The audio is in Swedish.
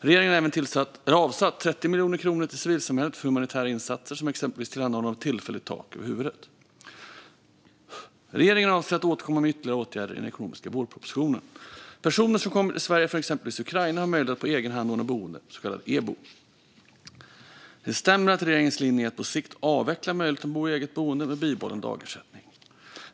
Regeringen har även avsatt 30 miljoner kronor till civilsamhället för humanitära insatser som exempelvis tillhandahållande av tillfälligt tak över huvudet. Regeringen avser att återkomma med ytterligare åtgärder i den ekonomiska vårpropositionen. Personer som kommer till Sverige från exempelvis Ukraina har möjlighet att på egen hand ordna boende, så kallat EBO. Det stämmer att regeringens linje är att på sikt avveckla möjligheten att bo i eget boende med bibehållen dagersättning.